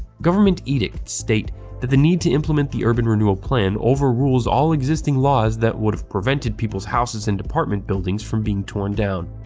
government edicts state that the need to implement the urban renewal plan overrules all existing laws that would've prevented people's houses and apartment buildings from being torn down.